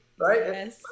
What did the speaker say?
Right